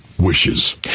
wishes